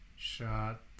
Shot